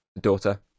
daughter